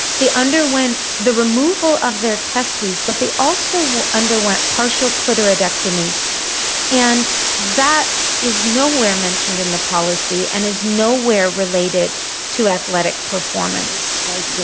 underwent the removal of their testes, but they also underwent partial clitoridectomy and that is nowhere mentioned in the policy and is nowhere related to athletic performance. like so